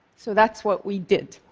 so that's what we did.